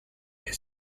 est